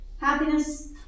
Happiness